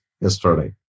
yesterday